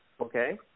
Okay